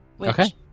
Okay